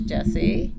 Jesse